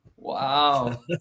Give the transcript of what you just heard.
Wow